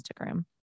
Instagram